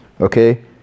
Okay